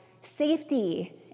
safety